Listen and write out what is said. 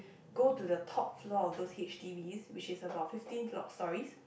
go to the top floor of those H_D_Bs which is about fifteen floor stories